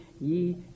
ye